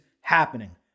happening